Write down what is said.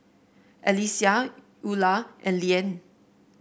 Alyssia Ula and Leanne